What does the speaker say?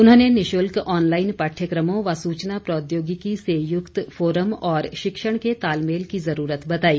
उन्होंने निःशुल्क ऑनलाईन पाठ्यक़मों व सूचना प्रौद्योगिकी से युक्त फोरम और शिक्षण के तालमेल की ज़रूरत बताई